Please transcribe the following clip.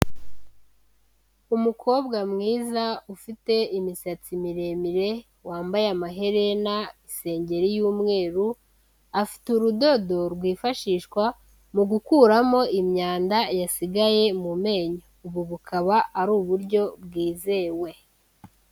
Umukobwa mwiza ufite imisatsi miremire, wambaye amaherena, isengeri y'umweru, afite urudodo rwifashishwa mu gukuramo imyanda yasigaye mu menyo, ubu bukaba ari uburyo bwizewe.